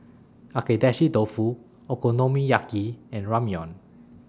Agedashi Dofu Okonomiyaki and Ramyeon